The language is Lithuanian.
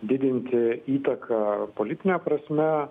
didinti įtaką politine prasme